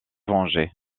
venger